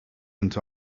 into